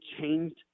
changed